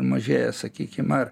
mažėja sakykim ar